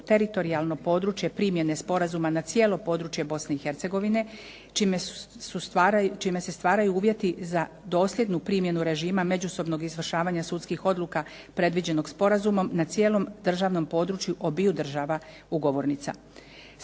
teritorijalno područje primjene Sporazuma na cijelo područje Bosne i Hercegovine čime se stvaraju uvjeti za dosljednu primjenu režima međusobnog izvršavanja sudskih odluka predviđenog sporazumom na cijelom državnom području obiju država ugovornica.